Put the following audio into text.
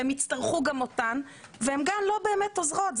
והם יצטרכו גם אותן והן גם לא באמת עוזרות.